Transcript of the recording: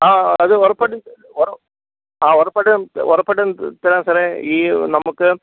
ആ അത് ഉറപ്പായിട്ടും ഒറ ആ ഉറപ്പായിട്ടും ഉറപ്പായിട്ടും തരാം സാറേ ഈ നമുക്ക്